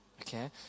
okay